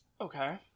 Okay